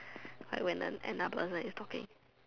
like when nose another person is talking